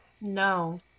No